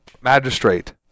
magistrate